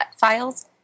files